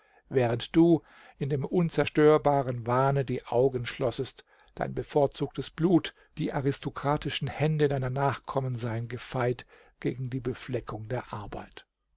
während du in dem unzerstörbaren wahne die augen schlossest dein bevorzugtes blut die aristokratischen hände deiner nachkommen seien gefeit gegen die befleckung der arbeit